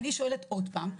אני שואלת עוד פעם,